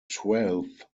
twelfth